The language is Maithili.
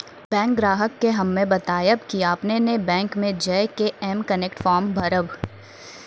बैंक ग्राहक के हम्मे बतायब की आपने ने बैंक मे जय के एम कनेक्ट फॉर्म भरबऽ